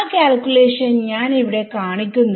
ആ കാൽകുലേഷൻ ഞാൻ ഇവിടെ കാണിക്കുന്നില്ല